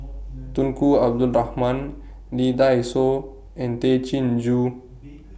Tunku Abdul Rahman Lee Dai Soh and Tay Chin Joo